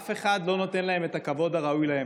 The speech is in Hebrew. אף אחד לא נותן להם את הכבוד הראוי להם.